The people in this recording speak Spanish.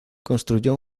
construyó